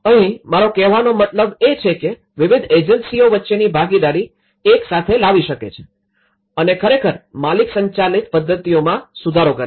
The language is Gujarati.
અહીં મારો કહેવાનો મતલબ એ છે કે વિવિધ એજન્સીઓ વચ્ચેની ભાગીદારી એકસાથે લાવી શકે છે અને ખરેખર માલિક સંચાલિત પદ્ધતિઓમાં સુધારો કરે છે